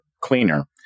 cleaner